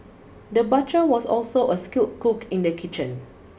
the butcher was also a skilled cook in the kitchen